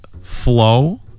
Flow